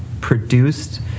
produced